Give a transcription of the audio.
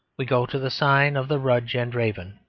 we go to the sign of the rudge and raven.